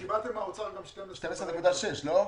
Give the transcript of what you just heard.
וקיבלתם מהאוצר גם 12.6, לא?